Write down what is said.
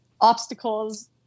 obstacles